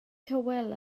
tywel